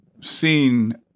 seen